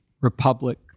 republic